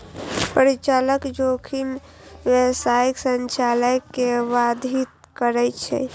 परिचालन जोखिम व्यावसायिक संचालन कें बाधित करै छै